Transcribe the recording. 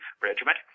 regiment